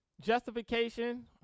Justification